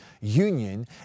union